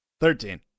Thirteen